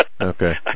Okay